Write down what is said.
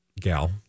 gal